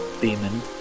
demon